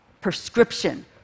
prescription